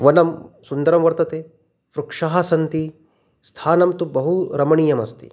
वनं सुन्दरं वर्तते वृक्षाः सन्ति स्थानं तु बहु रमणीयमस्ति